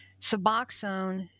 Suboxone